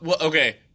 okay